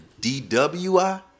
DWI